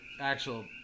actual